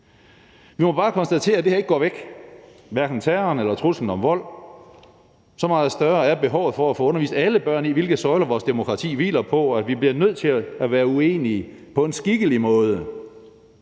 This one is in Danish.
Vi må bare konstatere, at det her ikke går væk, hverken terroren eller truslerne om vold. Så meget større er behovet for at få undervist alle børn i, hvilke søjler vores demokrati hviler på, og at vi bliver nødt til at være uenige på en skikkelig måde;